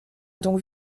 donc